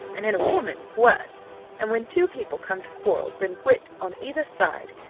and in a woman, worse and when two people come to quarrel, then wit on either side,